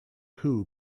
who